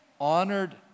honored